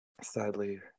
sadly